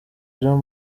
jean